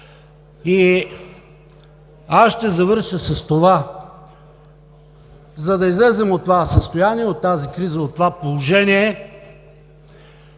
Аз ще завърша с това, че за да излезем от това състояние, от тази криза, от това положение,